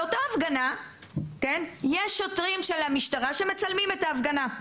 באותה הפגנה יש שוטרים של המשטרה שמצלמים את ההפגנה.